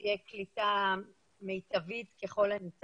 אנחנו --- (נתק בזום) תהיה קליטה מיטבית ככל הניתן.